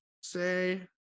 say